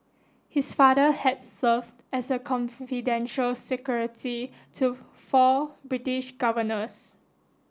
his father had served as the confidential secretary to four British governors